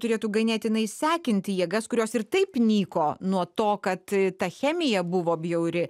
turėtų ganėtinai sekinti jėgas kurios ir taip nyko nuo to kad ta chemija buvo bjauri